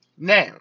Now